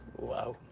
wow.